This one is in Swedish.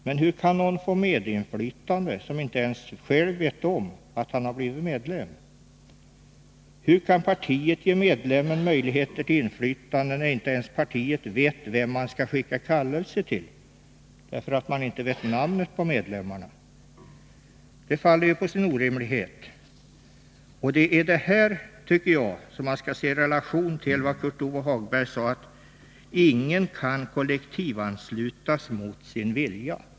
Men hur kan någon få medinflytande som inte ens själv vet om att han har blivit medlem? Och hur kan partiet ge medlemmarna möjligheter till inflytande när man inte ens vet vem man skall skicka kallelser till, eftersom man inte vet deras namn? Det faller ju på sin egen orimlighet. i Det är detta man skall se i relation till vad Kurt Ove Johansson sade om att ingen kan kollektivanslutas mot sin vilja.